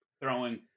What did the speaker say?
throwing